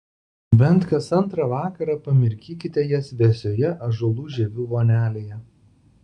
bent kas antrą vakarą pamirkykite jas vėsioje ąžuolų žievių vonelėje